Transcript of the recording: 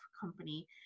Company